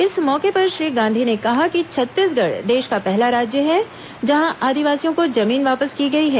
इस मौके पर श्री गांधी ने कहा कि छत्तीसगढ़ देश का पहला राज्य है जहां आदिवासियों को जमीन वापस की गई है